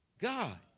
God